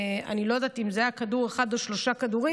אני לא יודעת אם זה היה כדור אחד או שלושה כדורים,